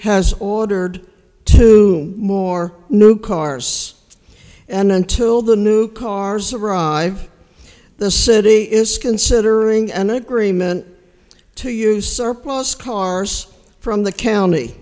has ordered two more new cars and until the new cars arrive the city is considering an agreement to use surplus cars from the county